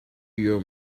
your